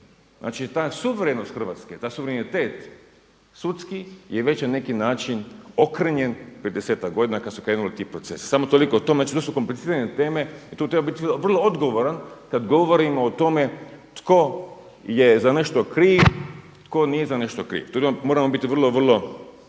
Znači ta suverenost Hrvatske taj suverenitet sudski je već na neki način okrnjen prije desetak godina kada su krenuli ti procesi. Samo toliko. To su komplicirane teme i tu treba biti vrlo odgovoran kada govorimo o tome tko je za nešto kriv, tko nije za nešto kriv, tu moramo biti vrlo, vrlo